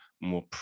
more